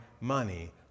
money